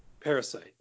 Parasite